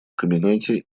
кабинете